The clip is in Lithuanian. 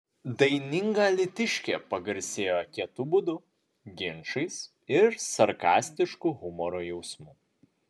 daininga alytiškė pagarsėjo kietu būdu ginčais ir sarkastišku humoro jausmu